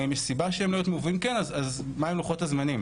האם יש סיבכה לכך שהן לא יוטמעו ואם כן אז מה הם לוחות הזמנים?